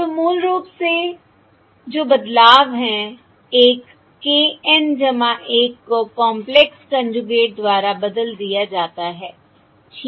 तो मूल रूप से दो बदलाव हैं एक k N 1 को कॉंपलेक्स कोंजूगेट द्वारा बदल दिया जाता है ठीक है